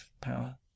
power